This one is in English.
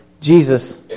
Jesus